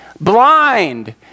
blind